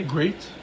Great